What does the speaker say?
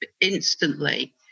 instantly